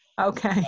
Okay